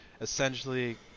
essentially